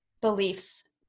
beliefs